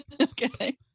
Okay